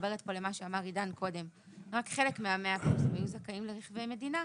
מכוונת למה שעידן אמר קודם לכן - היו זכאים לרכבי מדינה.